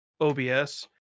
OBS